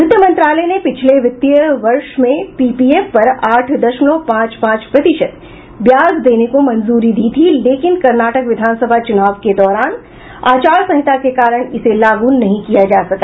वित्त मंत्रालय ने पिछले वित्त वर्ष में पीपीएफ पर आठ दशमलव पांच पांच प्रतिशत ब्याज देने के मंजूरी दी गयी थी लेकिन कर्नाटक विधानसभा चुनाव के दौरान अचारसंहिता के कारण इसे लागू नहीं किया जा सका